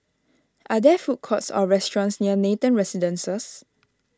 are there food courts or restaurants near Nathan Residences